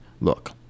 look